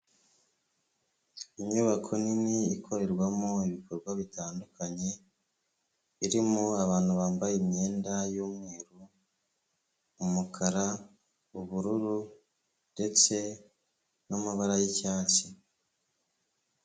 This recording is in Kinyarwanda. Inyubako nini ikorerwamo ibikorwa bitandukanye, irimo abantu bambaye imyenda y'umweru, umukara, ubururu ndetse n'amabara y'icyatsi.